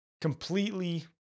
completely